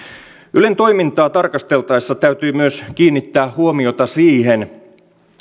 ylen toimintaa tarkasteltaessa täytyy myös kiinnittää huomiota siihen